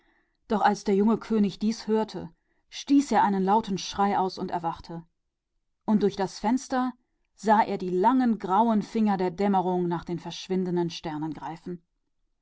aufzuziehen als der junge könig das hörte stieß er einen lauten schrei aus und erwachte und als er zum fenster hinausblickte sah er wie die dämmerung mit langen grauen fingern nach den erbleichenden sternen